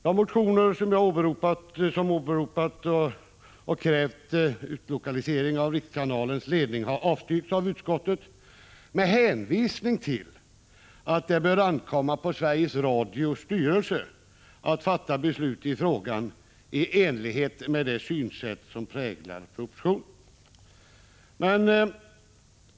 De motioner som jag åberopade och som kräver utlokalisering av rikskanalens ledning avstyrks av utskottet med hänvisning till att det bör ankomma på Sveriges Radios styrelse att fatta beslut i frågan i enlighet med det synsätt som präglar propositionen.